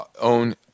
own